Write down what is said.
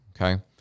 okay